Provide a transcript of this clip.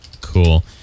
Cool